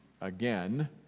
again